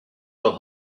your